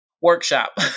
workshop